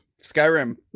Skyrim